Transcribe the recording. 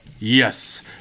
Yes